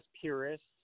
purists